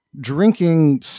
drinking